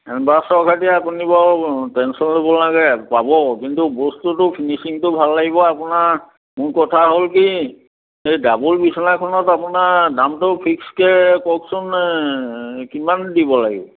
এডভাঞ্চৰ বাবে আপুনি বাৰু টেনচন ল'ব নালাগে পাব কিন্তু বস্তুটো ফিনিচিংটো ভাল লাগিব আপোনাৰ মোৰ কথা হ'ল কি এই ডাবুল বিছনা এখনত আপোনাৰ দামটো ফিক্সকে কওকচোন কিমান দিব লাগিব